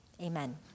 Amen